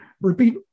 Repeat